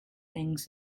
things